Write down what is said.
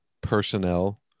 personnel